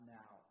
now